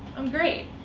i'm great.